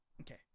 okay